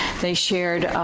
they shared